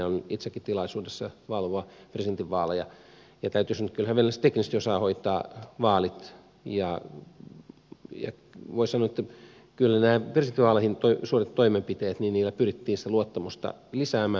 olin itsekin tilaisuudessa valvoa presidentinvaaleja ja täytyy sanoa että kyllä he vielä teknisesti osaavat hoitaa vaalit ja voi sanoa että kyllä näillä presidentinvaaleihin suoritetuilla toimenpiteillä pyrittiin sitä luottamusta lisäämään